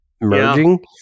merging